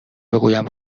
بگویم